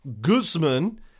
Guzman